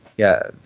yeah,